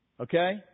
Okay